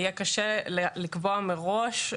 יהיה קשה לקבוע מראש,